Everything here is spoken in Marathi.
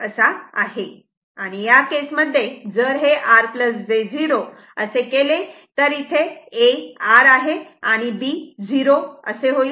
तेव्हा या केस मध्ये जर हे R j 0 असे केले तर a R आणि b 0 असे होईल